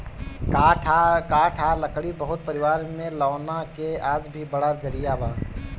काठ आ लकड़ी बहुत परिवार में लौना के आज भी बड़ा जरिया बा